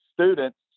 students